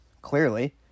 Clearly